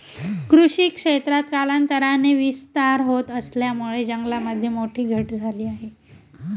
कृषी क्षेत्रात कालांतराने विस्तार होत असल्यामुळे जंगलामध्ये मोठी घट झाली आहे